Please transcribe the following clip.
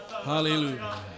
Hallelujah